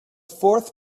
fourth